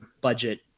budget